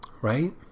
Right